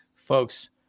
Folks